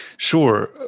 Sure